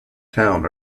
town